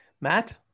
Matt